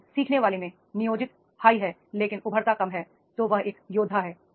यदि सीखने वाले में नियोजित उच्च है लेकिन उभरता कम है तो वह एक योद्धा है